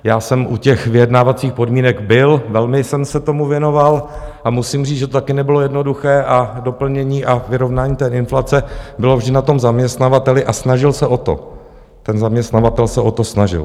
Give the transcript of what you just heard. Já jsem u těch vyjednávacích podmínek byl, velmi jsem se tomu věnoval a musím říct, že to taky nebylo jednoduché, a doplnění a vyrovnání té inflace bylo vždy na tom zaměstnavateli a snažil se o to, ten zaměstnavatel se o to snažil.